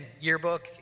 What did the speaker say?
yearbook